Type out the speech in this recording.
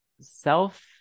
self